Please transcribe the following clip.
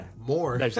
more